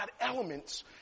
elements